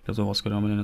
lietuvos kariuomenė